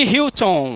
Hilton